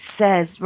says